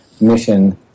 mission